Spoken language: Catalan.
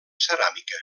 ceràmica